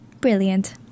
brilliant